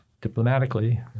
diplomatically